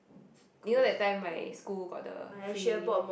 you know that time my school got the free